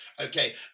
Okay